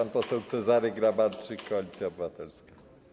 Pan poseł Cezary Grabarczyk, Koalicja Obywatelska.